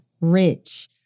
rich